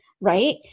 right